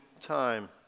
time